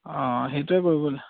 অঁ সেইটোৱে কৰিবলে